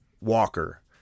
Walker